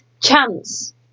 chance